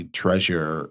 treasure